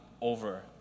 over